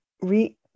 re